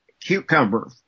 cucumber